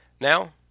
Now